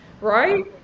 right